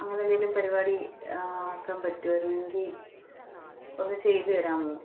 അങ്ങനെ എന്തെങ്കിലും പരിപാടി ആക്കാൻ പറ്റുവായിരുന്നെങ്കിൽ ഒന്ന് ചെയ്ത് തരാമോ